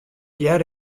hear